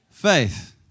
faith